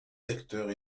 secteurs